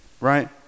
right